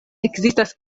ekzistas